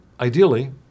ideally